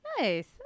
Nice